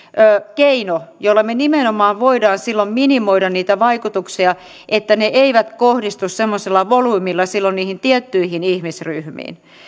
keino jolla me nimenomaan voimme silloin minimoida niitä vaikutuksia että ne eivät kohdistu semmoisella volyymilla silloin niihin tiettyihin ihmisryh miin